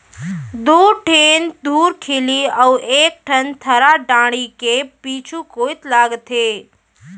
दू ठिन धुरखिली अउ एक ठन थरा डांड़ी के पीछू कोइत लागथे